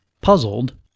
Puzzled